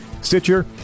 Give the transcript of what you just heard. Stitcher